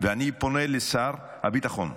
ואני פונה לשר הביטחון: